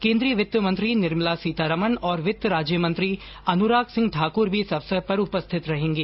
केन्द्रीय वित्त मंत्री निर्मला सीतारमन और वित्त राज्यमंत्री अनुराग सिंह ठाकुर भी इस अवसर पर उपस्थित रहेंगे